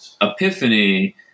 epiphany